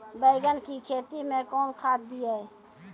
बैंगन की खेती मैं कौन खाद दिए?